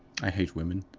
i hate women.